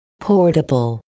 Portable